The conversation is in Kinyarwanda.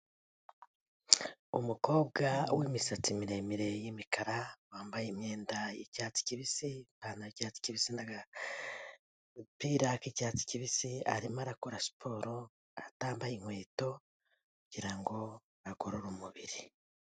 Umukobwa w'imisatsi miremire y'imikara bambaye imyenda y'icyatsi kibisi, ipantaro y'icyatsi kibisi n'agapira k'icyatsi kibisi, arimo arakora siporo atambaye inkweto kugira ngo agorore umubiri.